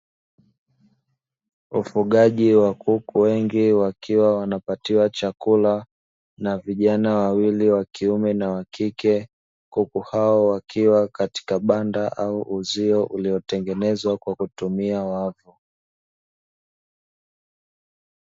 Ufugaji wa kuku wengi wakiwa wanapata chakula na vijana wawili, wakiume na wakike. Kuku hao wakiwa katika banda au uzio uliotengenezwa kwa kutumia wavu.